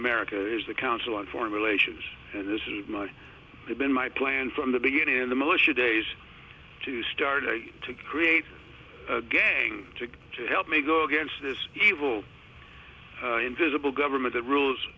america is the council on foreign relations and this is much has been my plan from the beginning in the militia days to start to create a gang to to help me go against this evil invisible government the rules